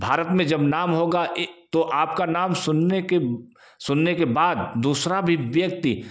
भारत में जब नाम होगा ये तो आपका नाम सुनने के सुनने के बाद दूसरा भी व्यक्ति